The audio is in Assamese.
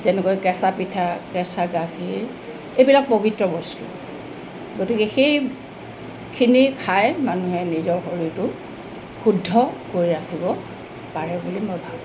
যেনেকৈ কেঁচা পিঠা কেঁচা গাখীৰ এইবিলাক পৱিত্ৰ বস্তু গতিকে সেইখিনি খাই মানুহে নিজৰ শৰীৰটো শুদ্ধ কৰি ৰাখিব পাৰে বুলি মই ভাবোঁ